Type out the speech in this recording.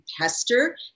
pester